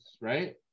right